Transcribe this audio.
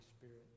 Spirit